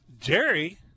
Jerry